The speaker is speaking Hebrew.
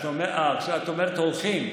את אומרת: הולכים,